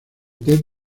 ted